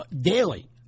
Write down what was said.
daily